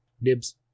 Nibs